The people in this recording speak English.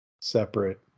separate